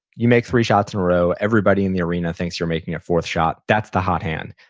you make three shots in a row. everybody in the arena thinks you're making a fourth shot, that's the hot hand.